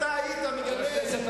אתה היית מגנה את זה,